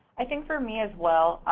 i think for me, as well,